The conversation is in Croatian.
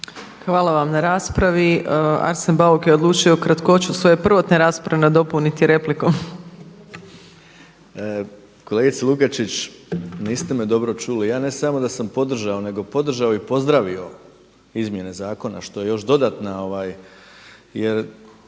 Hvala vam na raspravi. Arsen Bauk je odlučio kratkoću svoje prvotne rasprave nadopuniti replikom. **Bauk, Arsen (SDP)** Kolegice Lukačić, niste me dobro čuli. Ja ne samo da sam podržao nego podržao i pozdravio izmjene zakona što je još dodatna